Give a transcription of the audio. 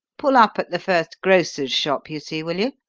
pull up at the first grocer's shop you see, will you,